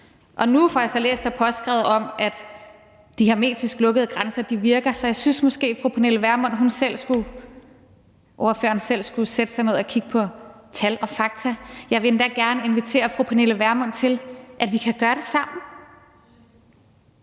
Nu får jeg så læst og påskrevet, at de hermetisk lukkede grænser virker. Så jeg synes måske, at fru Pernille Vermund selv skulle sætte sig ned og kigge på tal og fakta. Jeg vil endda gerne invitere fru Pernille Vermund til, at vi kan gøre det sammen.